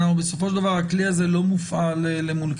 בסופו של דבר הכלי הזה לא מופעל למול קטינים,